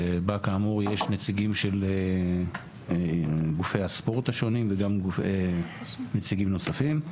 שבה כאמור יש נציגים של גופי הספורט השונים וגם נציגים נוספים.